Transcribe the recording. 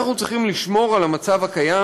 אנחנו צריכים לשמור על המצב הקיים,